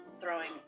throwing